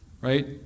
Right